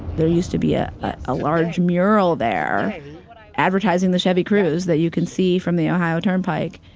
there used to be a ah ah large mural there advertising the chevy cruze that you can see from the ohio turnpike.